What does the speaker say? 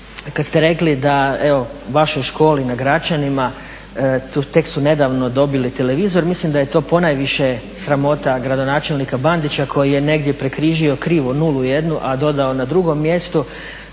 Kad ste rekli da evo u vašoj školi na Gračanima tek su nedavno dobili televizor, mislim da je to ponajviše sramota gradonačelnika Bandića koji je negdje prekrižio krivo nulu jednu, a dodao na drugom mjestu